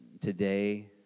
today